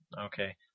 Okay